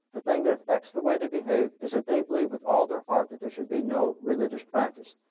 the thing that affects the way they behave is that they believe with all their heart that there should be no religious practice.